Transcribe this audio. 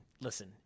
listen